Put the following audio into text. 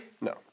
No